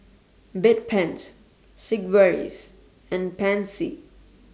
Bedpans Sigvaris and Pansy